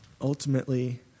ultimately